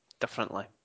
differently